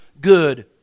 good